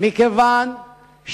במדינת ישראל.